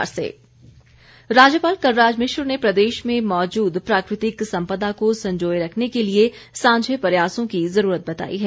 राज्यपाल राज्यपाल कलराज मिश्र ने प्रदेश में मौजूद प्राकृतिक संपदा को संजोए रखने के लिए सांझे प्रयासों की जरूरत बताई है